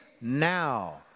now